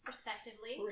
Respectively